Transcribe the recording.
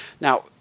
Now